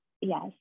yes